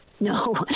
No